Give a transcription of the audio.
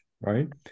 Right